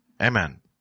Amen